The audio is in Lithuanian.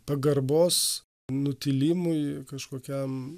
pagarbos nutilimui kažkokiam